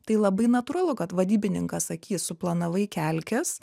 tai labai natūralu kad vadybininkas sakys suplanavai kelkis